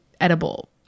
edible